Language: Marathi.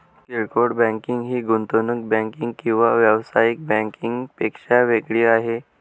किरकोळ बँकिंग ही गुंतवणूक बँकिंग किंवा व्यावसायिक बँकिंग पेक्षा वेगळी आहे